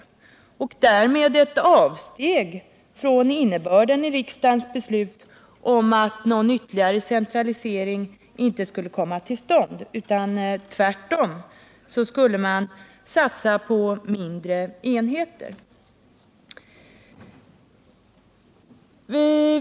Därmed är det också ett avsteg från innebörden i riksdagens beslut om att någon ytterligare centralisering inte skulle komma till stånd. Tvärtom skulle man enligt detta beslut satsa på mindre enheter.